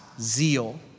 zeal